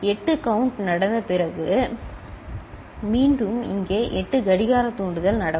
8 count நடந்த பிறகு மீண்டும் இங்கே 8 கடிகார தூண்டுதல் நடக்கும்